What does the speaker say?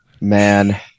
Man